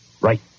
Right